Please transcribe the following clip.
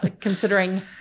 considering